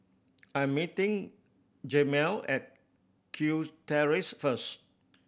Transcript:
I'm meeting Jemal at Kew Terrace first